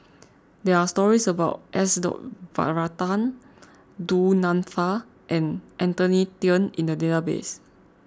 there are stories about S dot Varathan Du Nanfa and Anthony then in the database